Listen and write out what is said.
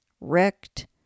wrecked